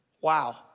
wow